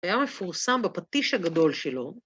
היה מפורסם בפטיש הגדול שלו.